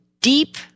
deep